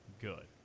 good